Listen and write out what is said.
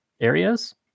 areas